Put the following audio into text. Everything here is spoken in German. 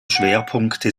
schwerpunkte